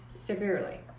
severely